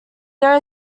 there